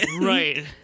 Right